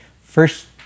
first